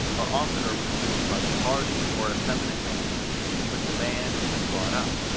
are oftener produced by the hardy or effeminate manner in which a man has been brought up,